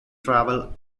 travel